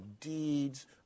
deeds